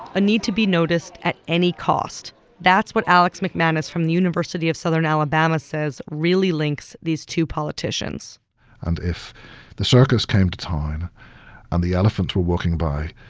a need to be noticed at any cost that's what alex mcmanus from the university of southern alabama says really links these two politicians and if the circus came to town and the elephants were walking by,